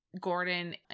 Gordon